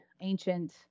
ancient